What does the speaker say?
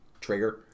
trigger